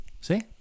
See